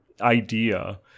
idea